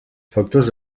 factors